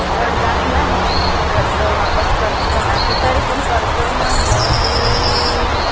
जड जात नाही कर्ज वापस करणं कोणाचं तरी पण कर्ज म्हटलं की